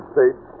States